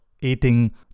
eating